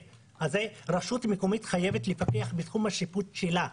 רשות מקומית חייבת לפקח בתחום השיפוט שלה,